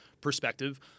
perspective